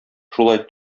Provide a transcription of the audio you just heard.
шулай